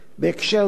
בהקשר זה,